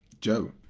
Joe